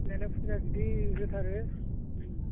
बेयावनो फुजा गिदिर होथारो